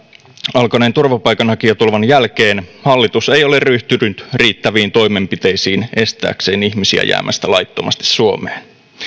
alkaneen turvapaikanhakijatulvan jälkeen hallitus ei ole ryhtynyt riittäviin toimenpiteisiin estääkseen ihmisiä jäämästä laittomasti suomeen